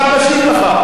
אני שואל שאלת הבהרה.